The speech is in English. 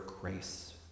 grace